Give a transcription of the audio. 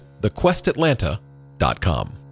thequestatlanta.com